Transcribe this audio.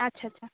আচ্ছা আচ্ছা